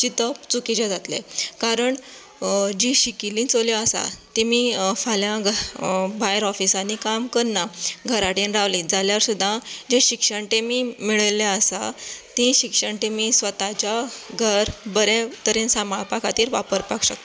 चिंतप चुकीचें जातलें कारण जी शिकिल्ली चलियो आसा तेमी फाल्यां भायर ऑफिसांनी काम करना घरां कडेन रावली जाल्यार सुदां शिक्षण तेमी मेळ्ळिल्ले आसा ती शिक्षण तेमी स्वताच्या घर बरें तरेन साबांळपा खातीर वापरपाक शकता